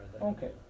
Okay